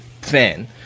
fan